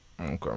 Okay